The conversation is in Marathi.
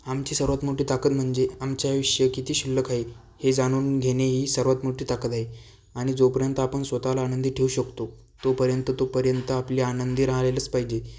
आमची सर्वात मोठी ताकद म्हणजे आमचे आयुष्य किती शिल्लक आहे हे जाणून घेणे ही सर्वात मोठी ताकद आहे आणि जोपर्यंत आपण स्वतःला आनंदी ठेवू शकतो तोपर्यंत तोपर्यंत आपली आनंदी राहायलाच पाहिजे